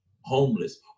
homeless